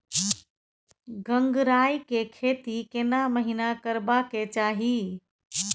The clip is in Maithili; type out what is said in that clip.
गंगराय के खेती केना महिना करबा के चाही?